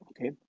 okay